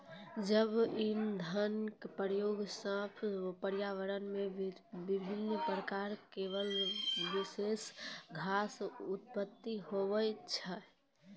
जैव इंधन केरो प्रयोग सँ पर्यावरण म विभिन्न प्रकार केरो बिसैला गैस उत्सर्जन होय छै